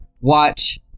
watch